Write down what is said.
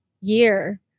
year